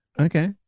Okay